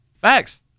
Facts